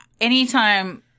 anytime